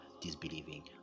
disbelieving